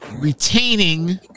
retaining